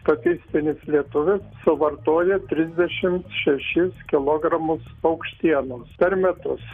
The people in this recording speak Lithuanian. statistinis lietuvis suvartoja trisdešimt šešis kilogramus paukštienos per metus